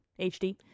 HD